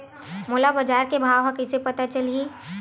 मोला बजार के भाव ह कइसे पता चलही?